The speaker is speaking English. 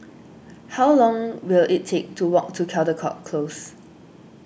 how long will it take to walk to Caldecott Close